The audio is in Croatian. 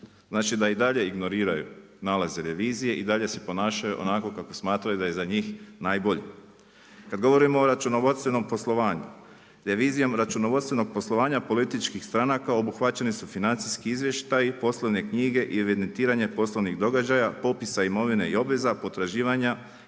Znači da i dalje ignoriraju nalaze revizije i dalje se ponašaju onako kako smatraju da je za njih najbolje. Kada govorimo o računovodstvenom poslovanju, revizijom računovodstvenog poslovanja političkih stranaka obuhvaćeni su financijski izvještaji, poslovne knjige i evidentiranje poslovnih događaja, popisa imovine i obveza, potraživanja